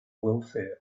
welfare